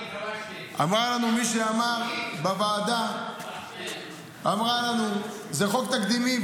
אמרה לנו מי שאמרה בוועדה שזה חוק תקדימי,